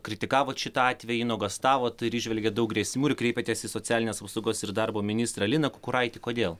kritikavot šitą atvejį nuogąstavot ir įžvelgėt daug grėsmių ir kreipėtės į socialinės apsaugos ir darbo ministrą liną kukuraitį kodėl